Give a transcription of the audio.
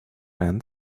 men